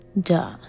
duh